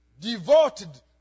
devoted